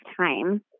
time